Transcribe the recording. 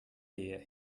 here